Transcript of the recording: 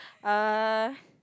uh